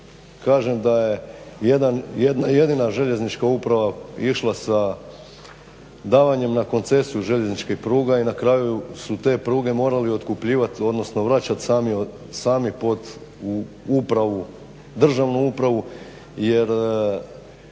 jedna jedina željeznička uprava išla sa davanjem na koncesiju željezničkih pruga i na kraju su te pruge morali otkupljivati, odnosno vraćati sami pod upravu, državnu upravu Jer